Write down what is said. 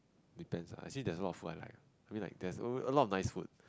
depends lah actually there is a lot of food I like I mean like there is a lot of nice food